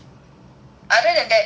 other than that nobody